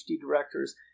directors